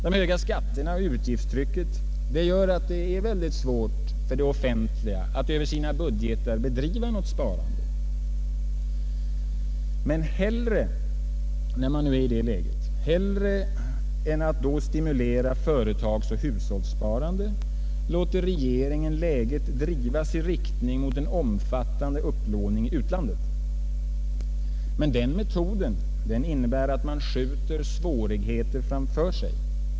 De höga skatterna och utgiftstrycket gör att det är mycket svårt för staten att över sina budgetar bedriva något sparande. Men hellre än att då stimulera företagsoch hushållssparandet låter regeringen läget drivas i riktning mot en omfattande upplåning i utlandet. Den metoden innebär att man skjuter svårigheterna framför sig.